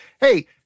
Hey